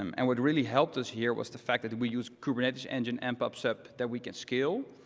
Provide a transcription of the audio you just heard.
um and what really helped us here was the fact that we used kubernetes engine and pub sub that we can scale.